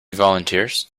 volunteers